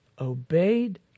obeyed